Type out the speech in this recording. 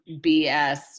BS